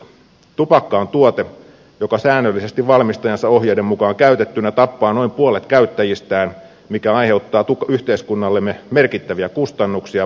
tupakka on tuote joka säännöllisesti valmistajansa ohjeiden mukaan käytettynä tappaa noin puolet käyttäjistään mikä aiheuttaa yhteiskunnallemme merkittäviä kustannuksia